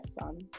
son